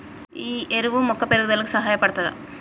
ఈ ఎరువు మొక్క పెరుగుదలకు సహాయపడుతదా?